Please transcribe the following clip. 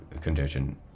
condition